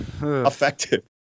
effective